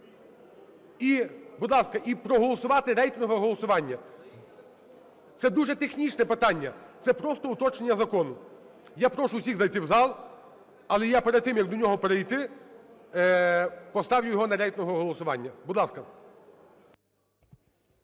І, будь ласка, проголосувати рейтингове голосування. Це дуже технічне питання. Це просто уточнення закону. Я прошу усіх зайти в зал. Але я перед тим, як до нього перейти, поставлю його на рейтингове голосування. Будь ласка.